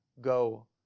go